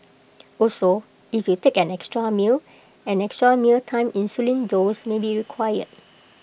also if you take an extra meal an extra mealtime insulin dose may be required